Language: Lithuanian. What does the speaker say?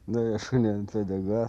nuėjo šuniui ant uodegos